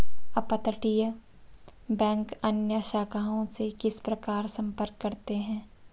अपतटीय बैंक अन्य शाखाओं से किस प्रकार संपर्क करते हैं?